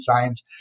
science